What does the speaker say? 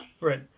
right